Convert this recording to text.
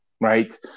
right